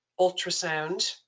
ultrasound